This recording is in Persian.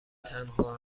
تنها